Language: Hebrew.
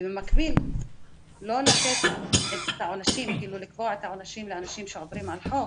לא לקבוע את העונשים לאנשים שעוברים על חוק,